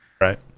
Right